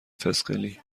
فسقلی